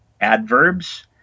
adverbs